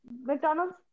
McDonald's